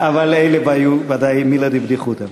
אבל אלה היו ודאי מילי דבדיחותא.